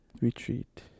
retreat